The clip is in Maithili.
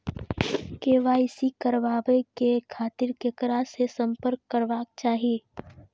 के.वाई.सी कराबे के खातिर ककरा से संपर्क करबाक चाही?